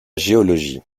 géologie